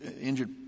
injured